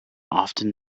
often